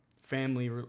family